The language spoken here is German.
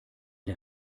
der